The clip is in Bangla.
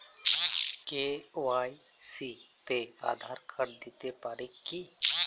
কে.ওয়াই.সি তে আঁধার কার্ড দিতে পারি কি?